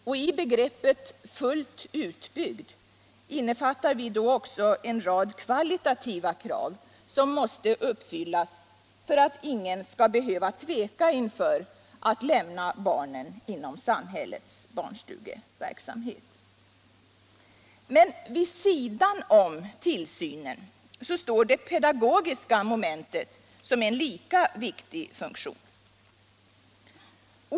Och i begreppet ”fullt utbyggd” innefattar vi då också en rad kvalitativa krav, som måste uppfyllas för att ingen skall behöva tveka inför att lämna barnen inom samhällets barnstugeverksamhet. Men vid sidan om tillsynen står det pedagogiska momentet som en lika viktig funktion.